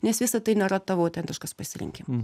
nes visa tai nėra tavo ten kažkas pasirinkimas